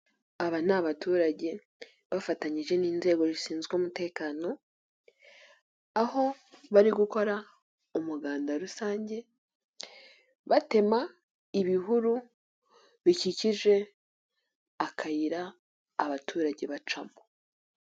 Aba ni abaturage bafatanyije n'inzego zishinzwe umutekano, aho bari gukora umuganda rusange batema ibihuru bikikije akayira abaturage bacamo.